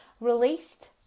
released